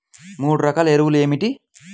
మూడు రకాల ఎరువులు ఏమిటి?